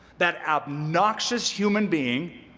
that obnoxious human being